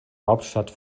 hauptstadt